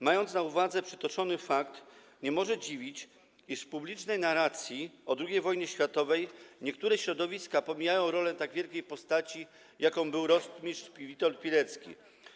Mając na uwadze przytoczony fakt, nie może dziwić, iż w publicznej narracji o II wojnie światowej niektóre środowiska pomijają rolę tak wielkiej postaci, jaką był rotmistrz Witold Pilecki.